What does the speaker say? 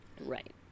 Right